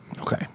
Okay